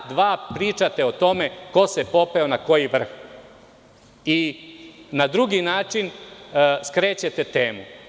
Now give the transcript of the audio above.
Već sat ili dva pričate o tome ko se popeo na koji vrh i na drugi način skrećete temu.